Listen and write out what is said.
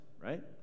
right